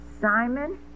Simon